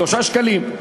3 שקלים.